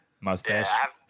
Mustache